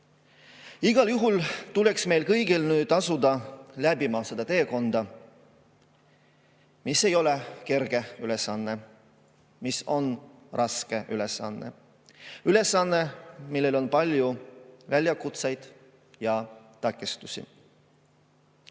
Igal juhul tuleb meil kõigil nüüd asuda läbima seda teekonda, mis ei ole kerge ülesanne, mis on raske ülesanne. Ülesanne, millel on palju väljakutseid ja takistusi. Ma